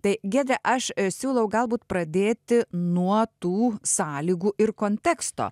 tai giedre aš siūlau galbūt pradėti nuo tų sąlygų ir konteksto